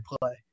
play